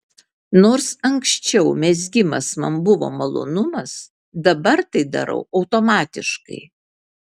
nors anksčiau mezgimas man buvo malonumas dabar tai darau automatiškai